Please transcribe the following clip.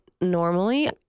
normally